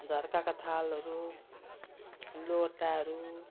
झर्काका थालहरू लोटाहरू